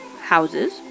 houses